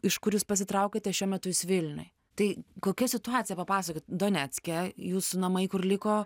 iš kur jūs pasitraukėte šiuo metu jūs vilniuj tai kokia situacija papasakokit donecke jūsų namai kur liko